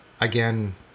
again